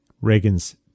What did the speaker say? Reagan's